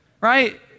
right